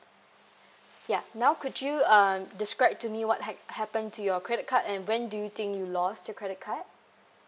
ya now could you uh describe to me what had happened to your credit card and when do you think you lost your credit card